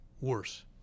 worse